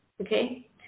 Okay